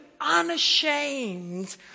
unashamed